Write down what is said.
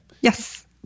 Yes